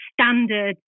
standard